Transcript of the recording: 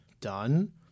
done